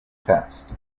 test